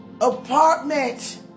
Apartment